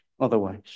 otherwise